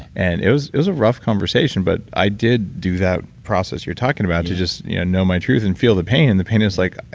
and it was it was a rough conversation, but i did do that process you're talking about to just yeah know my truth and feel the pain, and the pain is like,